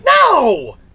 No